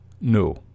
no